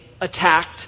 attacked